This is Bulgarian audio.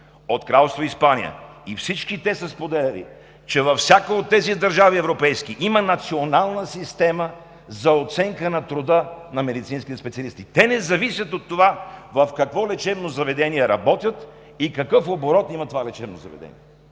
от Кралство Испания и всички те са споделяли, че във всяка от тези европейски държави има национална система за оценка на труда на медицинските специалисти. Те не зависят от това в какво лечебно заведение работят и какъв оборот има това лечебно заведение.